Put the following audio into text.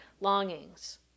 longings